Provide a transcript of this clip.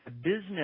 Business